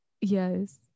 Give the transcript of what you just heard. Yes